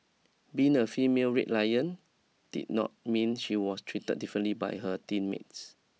being a female Red Lion did not mean she was treated differently by her teammates